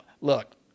look